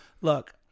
look